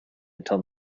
until